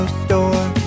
store